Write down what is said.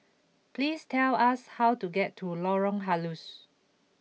please tell us how to get to Lorong Halus